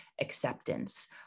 acceptance